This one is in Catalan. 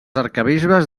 arquebisbes